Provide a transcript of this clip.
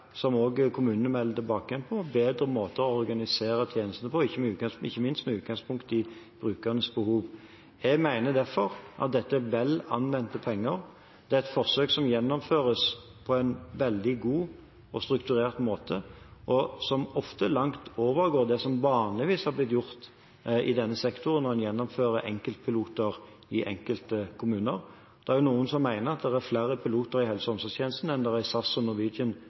bedre måter å organisere tjenestene på, ikke minst med utgangspunkt i brukernes behov. Jeg mener derfor at dette er vel anvendte penger. Det er et forsøk som gjennomføres på en veldig god og strukturert måte, og som langt overgår det som vanligvis har blitt gjort i denne sektoren når en gjennomfører enkeltpiloter i enkelte kommuner. Det er noen som mener at det er flere piloter i helse- og omsorgstjenesten enn det er i SAS og Norwegian